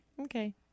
Okay